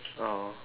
oh